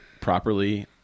properly